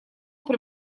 при